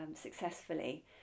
successfully